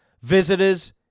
visitors